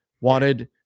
wanted